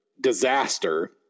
disaster